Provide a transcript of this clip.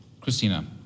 Christina